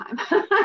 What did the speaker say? time